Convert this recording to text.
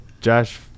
Josh